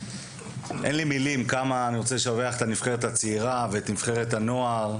אין לי מילים כמה אני רוצה לשבח את הנבחרת הצעירה ואת נבחרת הנוער,